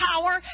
power